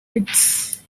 pits